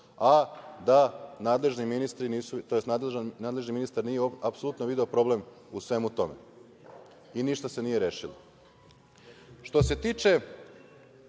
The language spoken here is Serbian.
a da nadležni ministar nije apsolutno video problem u svemu tome i ništa se nije rešilo. Što se tiče